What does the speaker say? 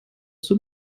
zur